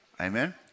Amen